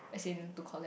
as in to collect